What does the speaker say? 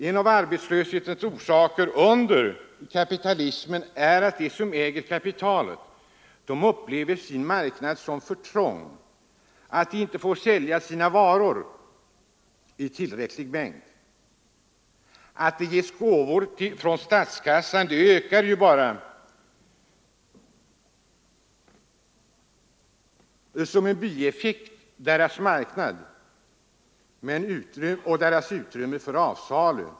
En av arbetslöshetens orsaker under kapitalismen är att de som äger kapitalet upplever sin marknad som för trång: De får inte sälja sina varor i tillräcklig mängd. Att det ges gåvor från statskassan ökar ju bara — som en bieffekt — deras marknad, deras utrymme för försäljning.